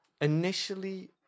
Initially